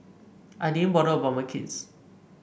I didn't bother about my kids